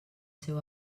seu